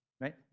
right